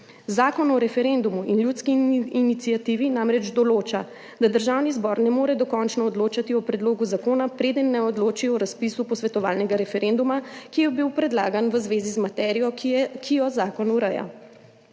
Zakon o referendumu in o ljudski iniciativi namreč določa, da Državni zbor ne more dokončno odločati o predlogu zakona, preden ne odloči o razpisu posvetovalnega referenduma, ki je bil predlagan v zvezi z materijo, ki jo zakon ureja.